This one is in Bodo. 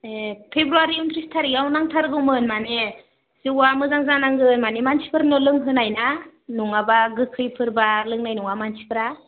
ए फेब्रुवारि उन्त्रिस थारिखआव नांथारगौमोन माने जौआ मोजां जानांगोन माने मानसिफोरनो लोंहोनाय ना नङाब्ला गोखैफोरब्ला लोंनाय नङा मानसिफ्रा